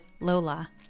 Lola